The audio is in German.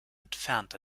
entfernt